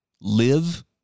live